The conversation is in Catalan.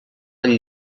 del